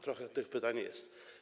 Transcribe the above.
Trochę tych pytań jest.